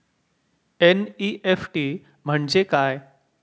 NEFT म्हणजे काय?